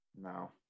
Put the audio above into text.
no